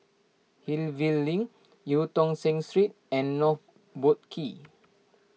Hillview Link Eu Tong Sen Street and North Boat Quay